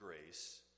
grace